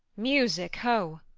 music, ho,